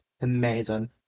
Amazing